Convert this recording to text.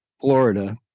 Florida